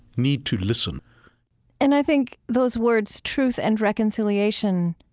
need to listen and i think those words truth and reconciliation,